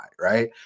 right